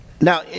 Now